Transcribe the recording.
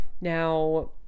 now